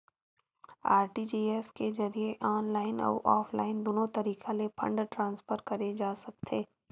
RTGS के जरिए online अउ ऑफलाइन दुनो तरीका ले फंड ट्रांसफर करे जा सकथे